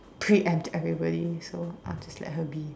preempt everybody so I'll just let her be